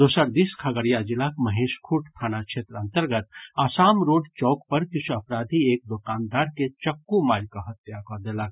दोसर दिस खगड़िया जिलाक महेशखूंट थाना क्षेत्र अंतर्गत आसाम रोड चौक पर किछु अपराधी एक दोकानदार के चक्कू मारि कऽ हत्या कऽ देलक